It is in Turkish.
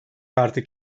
artık